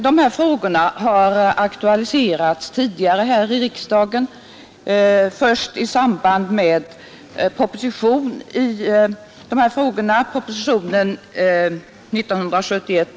De frågorna har tidigare aktualiserats här i riksdagen i samband med propositionen 81 år 1971.